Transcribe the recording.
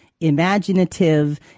imaginative